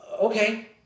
Okay